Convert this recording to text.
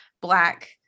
black